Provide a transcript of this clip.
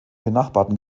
benachbarten